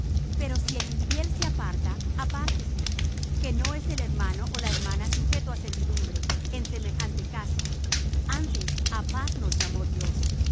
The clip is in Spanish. pero si el infiel se aparta apártese que no es el hermano ó la hermana sujeto á servidumbre en semejante caso antes á paz nos llamó dios